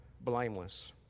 blameless